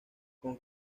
con